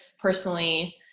personally